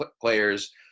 players –